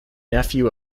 nephew